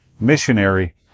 missionary